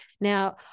Now